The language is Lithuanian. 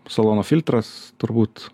salono filtras turbūt